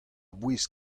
bouez